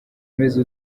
umeze